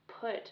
put